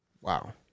Wow